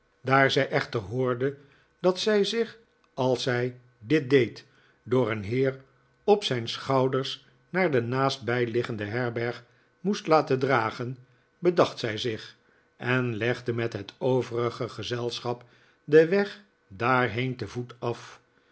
daar zij echter hoorde dat zij zich als zij dit deed door een heer op zijn schouders naar de naastbijgelegen herberg moest laten dragen bedacht zij zich en legde met het overige gezelschap den weg daarheen te voet af